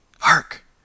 Hark